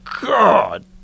God